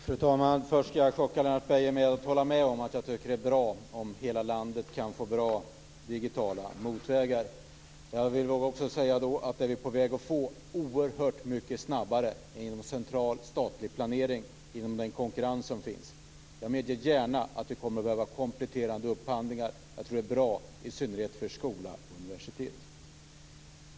Fru talman! Först skall jag chocka Lennart Beijer genom att hålla med om att jag tycker att det är bra om hela landet kan få bra digitala motorvägar. Jag vill också säga att vi är på väg att få det oerhört mycket snabbare när det gäller central statlig planering genom den konkurrens som finns. Jag medger gärna att det kommer att behövas kompletterande upphandlingar. Jag tror att det är bra, i synnerhet för skola och universitet.